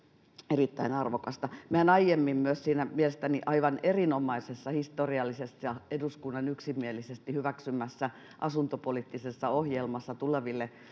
erittäin arvokasta mehän aiemmin siinä mielestäni aivan erinomaisessa historiallisessa eduskunnan yksimielisesti hyväksymässä asuntopoliittisessa ohjelmassa tuleville